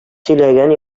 сөйләгән